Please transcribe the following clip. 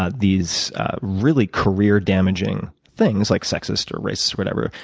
ah these really career damaging things, like sexist or racist, whatever,